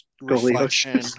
reflection